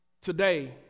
Today